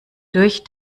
durch